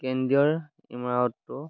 কেন্দ্ৰীয় ইমাৰতটো